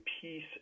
peace